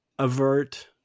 Avert